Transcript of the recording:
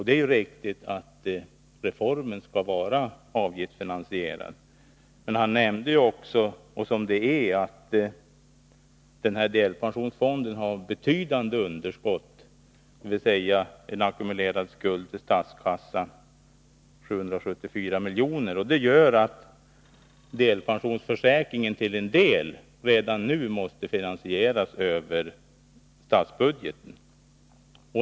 Det är riktigt att reformen skall vara avgiftsfinansierad, men delpensionsfonden har, som Tommy Franzén också nämnde, betydande underskott, nämligen en ackumulerad skuld till statskassan på 774 miljoner. Det gör att delpensionsförsäkringen redan nu till en del måste finansieras över statsbudgeten.